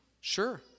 Sure